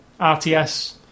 RTS